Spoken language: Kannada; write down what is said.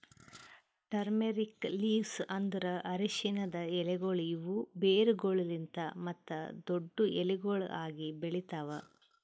ಟರ್ಮೇರಿಕ್ ಲೀವ್ಸ್ ಅಂದುರ್ ಅರಶಿನದ್ ಎಲೆಗೊಳ್ ಇವು ಬೇರುಗೊಳಲಿಂತ್ ಮತ್ತ ದೊಡ್ಡು ಎಲಿಗೊಳ್ ಆಗಿ ಬೆಳಿತಾವ್